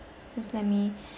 just let me